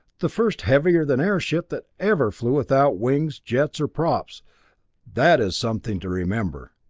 the first heavier-than-air ship that ever flew without wings, jets, or props that is something to remember.